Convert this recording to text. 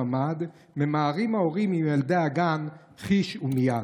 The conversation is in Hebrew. הממ"ד / ממהרים ההורים / עם ילדי הגן חיש ומייד.